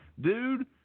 Dude